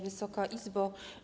Wysoka Izbo!